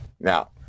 Now